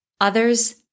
others